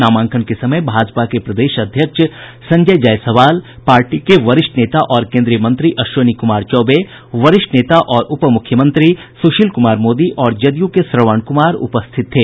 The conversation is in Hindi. नामांकन के समय भाजपा के प्रदेश अध्यक्ष संजय जायसवाल पार्टी के वरिष्ठ नेता और केन्द्रीय मंत्री अश्विनी कुमार चौबे वरिष्ठ नेता और उपमुख्यमंत्री सुशील कुमार मोदी और जदयू के श्रवण कुमार उपस्थित थे